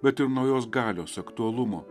bet ir naujos galios aktualumo